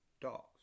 dogs